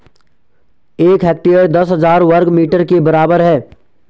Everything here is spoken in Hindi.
एक हेक्टेयर दस हजार वर्ग मीटर के बराबर है